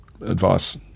advice